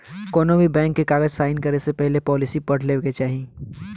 कौनोभी बैंक के कागज़ साइन करे से पहले पॉलिसी पढ़ लेवे के चाही